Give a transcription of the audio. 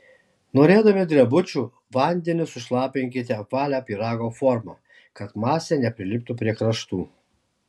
norėdami drebučių vandeniu sušlapinkite apvalią pyrago formą kad masė nepriliptų prie kraštų